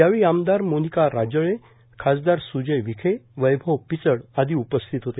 यावेळी आमदार मोनिका राजळेए खासदार स्जय विखेए्वैभव पिचड आदी उपस्थित होते